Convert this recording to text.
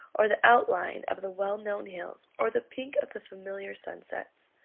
or the outline of the well-known hills, or the pink of the familiar sunsets.